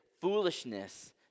foolishness